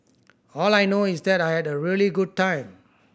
all I know is that I had a really good time